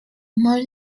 more